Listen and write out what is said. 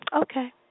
Okay